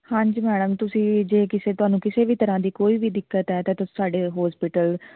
ਹਾਂਜੀ ਮੈਡਮ ਤੁਸੀਂ ਜੇ ਕਿਸੇ ਤੁਹਾਨੂੰ ਕਿਸੇ ਵੀ ਤਰ੍ਹਾਂ ਦੀ ਕੋਈ ਵੀ ਦਿੱਕਤ ਹੈ ਤਾਂ ਤੁਸੀਂ ਸਾਡੇ ਹੋਸਪੀਟਲ